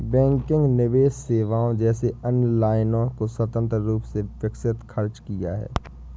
banking निवेश सेवाओं जैसी अन्य लाइनों को स्वतंत्र रूप से विकसित खर्च किया है